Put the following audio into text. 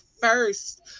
first